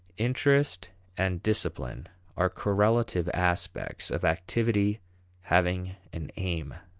interest and discipline are correlative aspects of activity having an aim.